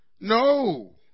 No